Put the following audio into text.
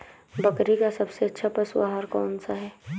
बकरी का सबसे अच्छा पशु आहार कौन सा है?